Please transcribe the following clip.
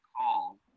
call